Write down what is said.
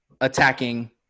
attacking